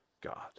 God